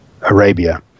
Arabia